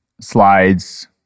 slides